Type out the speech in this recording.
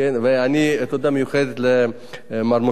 תודה מיוחדת למר משה שיפמן,